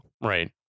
right